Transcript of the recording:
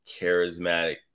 charismatic